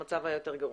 המצב היה יותר גרוע.